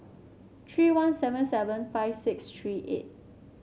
tree one seven seven five six tree eight